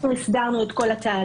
אנחנו הסדרנו את כל התהליך,